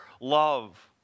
love